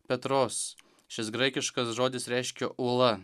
petros šis graikiškas žodis reiškia uola